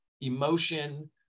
emotion